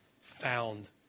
found